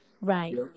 Right